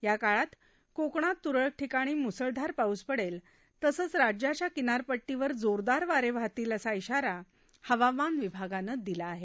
या काळात कोकणात तुरळक ठिकाणी मुसळधार पाऊस पडेल तसंच राज्याच्या किनारपट्टीवर जोरदार वारे वाहतील असा इशारा विभागानं दिला आहे